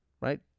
right